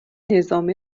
نظام